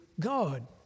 God